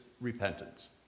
repentance